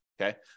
okay